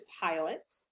pilot